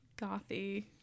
gothy